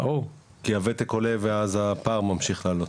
כי הוותק עולה ואז הפער ממשיך לעלות.